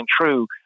true